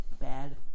bad